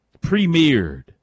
premiered